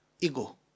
ego